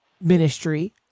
ministry